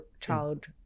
child